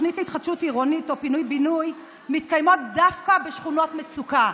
תוכנית להתחדשות עירונית או פינוי-בינוי מתקיימת דווקא בשכונות מצוקה,